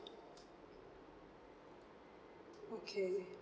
okay